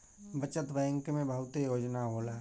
बचत बैंक में बहुते योजना होला